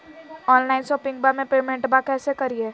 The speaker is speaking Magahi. ऑनलाइन शोपिंगबा में पेमेंटबा कैसे करिए?